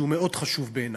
שהוא מאוד חשוב בעיני.